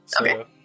Okay